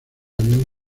avión